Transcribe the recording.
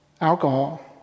alcohol